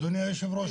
אדוני היו"ר,